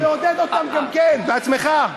אתה מעודד אותם גם כן, בעצמך.